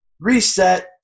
reset